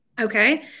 Okay